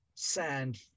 sand